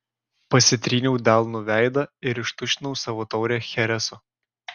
pasitryniau delnu veidą ir ištuštinau savo taurę chereso